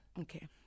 Okay